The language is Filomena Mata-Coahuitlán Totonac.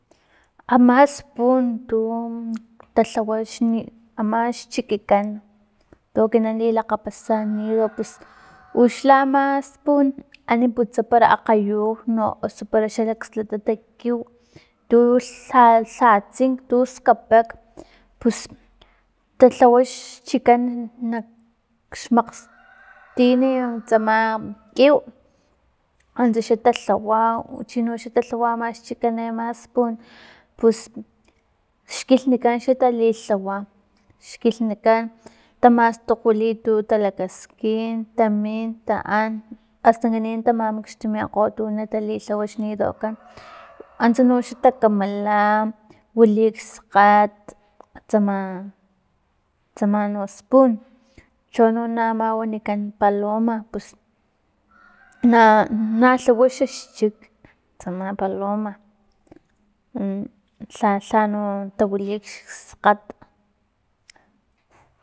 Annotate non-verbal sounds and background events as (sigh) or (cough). Ama spun tu talhawa axni, ama xchikikan tu ekinan lilakgapasa nido (noise) pus uxa ama spun ani putsa pero akgayunu osu para xa lakslatata kiw tu lha- lha tsink tuskapak pus talhawa xchikikan nak (noise) xmakstin tsama kiw antsa xa talhawa chinoxa ta tlawa xchikan ama spun pus xkilhnikan xla talilhawa xkilhnikan tamastokgwili tu talakaskin tamin taan astankanin tamamaxtimikgo tu talilhawa xnidokan (noise) antsa no xa takamala wili kskgat tsama tsama no spun chono na ama wanican paloma pus (noise) na- nalhawa xchik tsama paloma (hesitation) lha- lha no tawili kskgat.